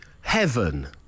Heaven